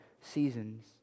seasons